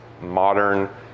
modern